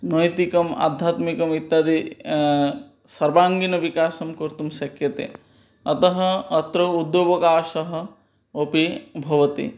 नैतिकम् आध्यात्मिकम् इत्यादि सर्वाङ्गीणविकासं कर्तुं शक्यते अतः अत्र उद्योगावकाशः अपि भवति